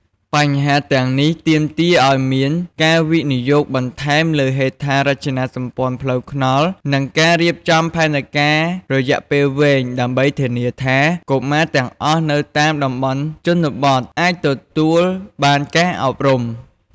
បញ្ហាទាំងនេះទាមទារឱ្យមានការវិនិយោគបន្ថែមលើហេដ្ឋារចនាសម្ព័ន្ធផ្លូវថ្នល់ និងការរៀបចំផែនការរយៈពេលវែងដើម្បីធានាថា កុមារទាំងអស់នៅតាមតំបន់ជនបទអាចទទួលបានការអប់រំ។